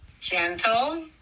gentle